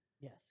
yes